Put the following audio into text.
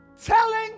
telling